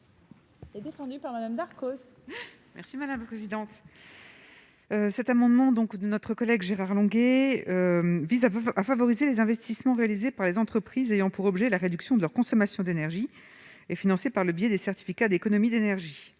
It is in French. Cet amendement de notre collègue Gérard Longuet vise à favoriser les investissements réalisés par les entreprises ayant pour objet la réduction de leur consommation d'énergie et financés par le biais des certificats d'économies d'énergie,